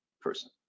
person